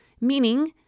meaning